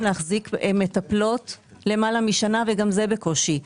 להחזיק מטפלות למעלה משנה וגם זה בקושי.